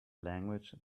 language